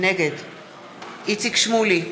נגד איציק שמולי,